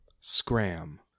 scram